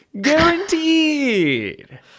Guaranteed